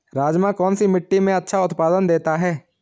राजमा कौन सी मिट्टी में अच्छा उत्पादन देता है?